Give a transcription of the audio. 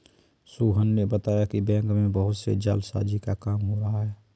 सोहन ने बताया कि बैंक में बहुत से जालसाजी का काम हो रहा है